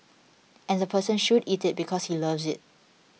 and the person should eat it because he loves it